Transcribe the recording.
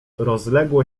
rozległo